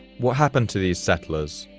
what happened to these settlers?